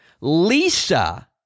Lisa